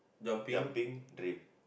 jumping train